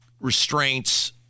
restraints